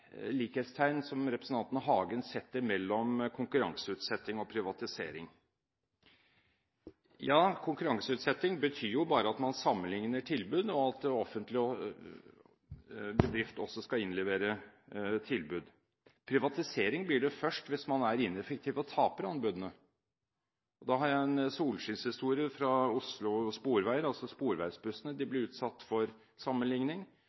likhetstegn representanten Hagen setter mellom konkurranseutsetting og privatisering. Konkurranseutsetting betyr bare at man sammenligner tilbud, og at den offentlige bedrift også skal levere inn tilbud. Privatisering blir det først hvis man er ineffektiv og taper anbudene. Og da har jeg en solskinnshistorie fra Oslo Sporveier: Sporveisbussene ble utsatt for sammenligning. De